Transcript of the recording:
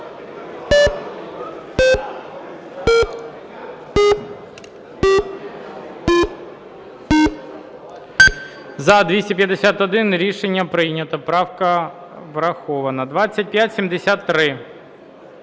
За-251 Рішення прийнято. Правка врахована. 2573.